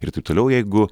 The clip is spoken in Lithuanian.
ir taip toliau jeigu